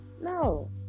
No